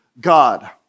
God